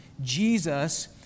Jesus